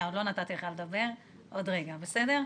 עוד לא נתתי לך לדבר, עוד רגע, בסדר?